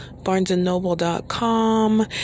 BarnesandNoble.com